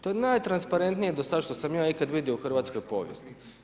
To je najtransparentnije do sad što sam ja ikad vidio u hrvatskoj povijesti.